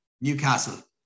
Newcastle